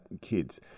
kids